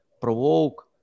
provoke